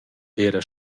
d’eira